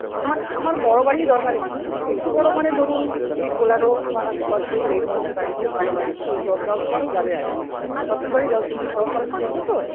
আমার আমার বড় গাড়িই দরকার একটু একটু বড় মানে ধরুন এই বোলেরো বা স্করপিও এই ধরনের গাড়ি হলে ভালো হয় কেন জন দশ বারো যাবে আর কি স্করপিও গাড়ি দশ বারোজন ধরবে তো